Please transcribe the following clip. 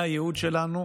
זה הייעוד שלנו,